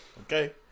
Okay